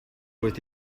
with